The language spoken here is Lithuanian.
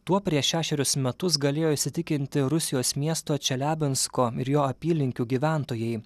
tuo prieš šešerius metus galėjo įsitikinti rusijos miesto čeliabinsko ir jo apylinkių gyventojai